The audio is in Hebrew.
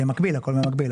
הכל במקביל,